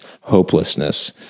hopelessness